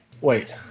Wait